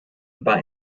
war